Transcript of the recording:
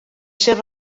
ser